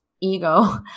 ego